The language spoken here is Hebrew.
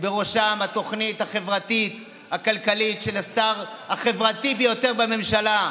בראשם התוכנית החברתית הכלכלית של השר החברתי ביותר בממשלה,